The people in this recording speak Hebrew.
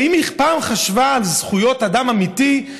האם היא פעם חשבה על זכויות אדם אמיתיות,